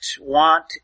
want